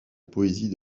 poésie